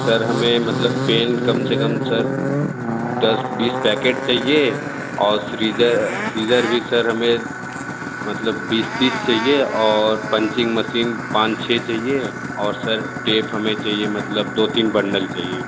sir हमें मतलब pen कम से कम सर दस बीस पैकेट चाहिए और सीज़र सीज़र भी सर हमें मतलब बीस तीस चाहिए और पंचिंग मशीन पाँच छः चाहिए और सर टेप हमें चाहिए मतलब दो तीन बंडल चाहिए